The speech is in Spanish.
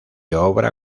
obra